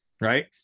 right